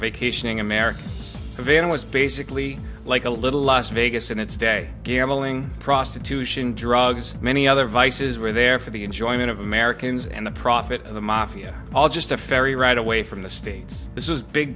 vacationing america van was face sickly like a little las vegas in its day gambling prostitution drugs many other vices were there for the enjoyment of americans and the profit of the mafia all just a ferry ride away from the states this is big